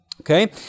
Okay